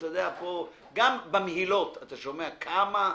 גם במהילות, כמה זה?